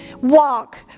walk